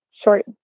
short